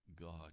God